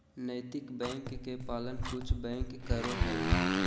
नैतिक बैंक के पालन कुछ बैंक करो हइ